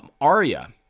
Aria